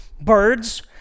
Birds